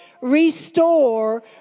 restore